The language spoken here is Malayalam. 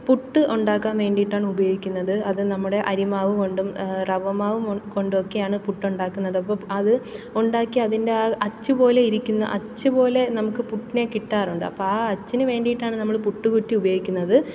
പുട്ട് ഉണ്ടാക്കാന് വേണ്ടിയിട്ടാണ് ഉപയോഗിക്കുന്നത് അത് നമ്മുടെ അരിമാവു കൊണ്ടും റവമാവുകൊണ്ടും ഒക്കെയാണ് പുട്ട് ഉണ്ടാക്കുന്നത് അപ്പോള് അത് ഉണ്ടാക്കിയ അതിൻ്റെ ആ അച്ചുപോലെ ഇരിക്കുന്ന അച്ചുപോലെ നമുക്ക് പുട്ടിനെ കിട്ടാറുണ്ട് അപ്പോള് ആ അച്ചിനുവേണ്ടിയിട്ടാണ് നമ്മള് പുട്ടുകുറ്റി ഉപയോഗിക്കുന്നത്